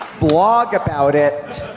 blogged about it.